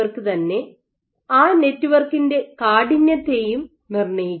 തന്നെ ആ നെറ്റ്വർക്കിന്റെ കാഠിന്യത്തെയും നിർണ്ണയിക്കുന്നു